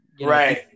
right